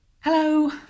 Hello